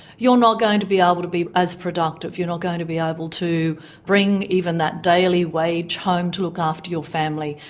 you're not going to be able to be as productive. you're not going to be able to bring even that daily wage home to look after your family,